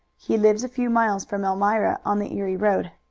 he lives a few miles from elmira on the erie road.